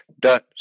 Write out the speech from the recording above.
dot